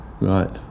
right